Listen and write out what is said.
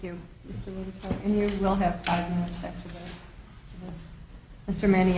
you will have to many